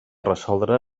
resoldre